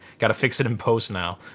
gotta fix it in post now.